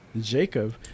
Jacob